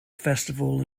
festival